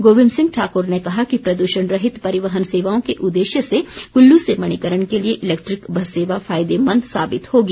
गोबिंद सिंह ठाकूर ने कहा कि प्रदूषण रहित परिवहन सेवाओं के उद्देश्य से कुल्लू से मणिकर्ण के लिए इलेक्ट्रिक बस सेवा फायदेमंद साबित होगी